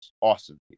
Awesome